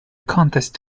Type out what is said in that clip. contest